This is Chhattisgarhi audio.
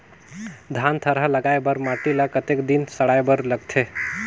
धान थरहा लगाय बर माटी ल कतेक दिन सड़ाय बर लगथे?